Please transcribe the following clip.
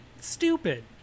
stupid